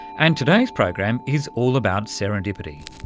and today's program is all about serendipity,